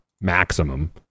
maximum